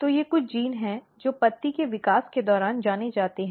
तो ये कुछ जीन हैं जो पत्ती के विकास के दौरान जाने जाते हैं